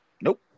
nope